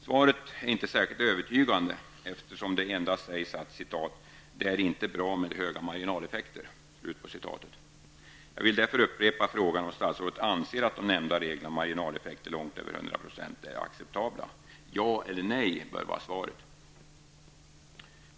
Svaret är inte särskilt övertygande, eftersom det endast sägs att ''det inte är bra med höga marginaleffekter''. Jag vill därför upprepa frågan om statsrådet anser att de nämnda reglerna och marginaleffekter långt över 100 % är acceptabla. Svaret bör vara antingen ja eller nej.